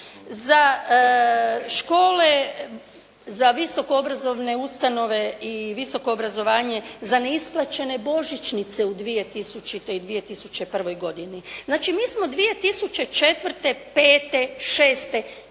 milijun, za visoko obrazovane ustanove i visoko obrazovanje, za neisplaćene božićnice u 2000. i 2001. godini. Znači mi smo 2004., 2005., 2006.,